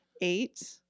Eight